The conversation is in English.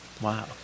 Wow